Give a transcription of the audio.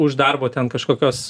už darbo ten kažkokios